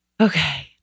okay